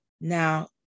now